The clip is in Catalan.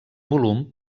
volum